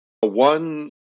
One